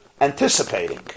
anticipating